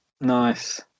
Nice